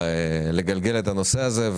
לגלגל את הנושא הזה.